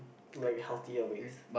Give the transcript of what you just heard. like healthier ways